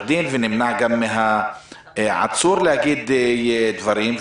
הדין ונמנע גם מן העצור להגיד דברים.